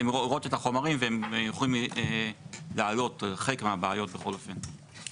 הן רואות את החומרים והם יכולים לעלות על חלק מהבעיות בכל אופן.